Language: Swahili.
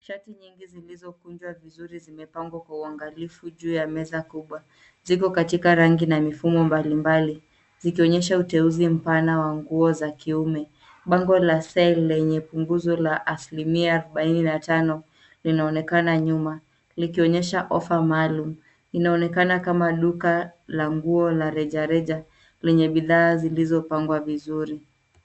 Shati nyingi zilizokunjwa vizuri zimepangwa kwa uangilifu juu ya meza kubwa, ziko katika rangi na mifumo mbalimbali, zikionyesha uteuzi mpana wa nguo za kiume. Bango la sale lenye punguzo la asilimia arobaini na tano linaonekana nyuma likionyesha ofa maalum. Inaonekana kama duka la nguo la rejareja lenye bidhaa zilizopangwa vizuri.